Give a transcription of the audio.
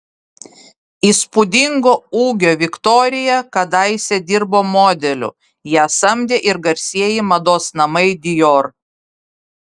įspūdingo ūgio victoria kadaise dirbo modeliu ją samdė ir garsieji mados namai dior